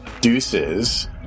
Deuces